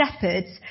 shepherds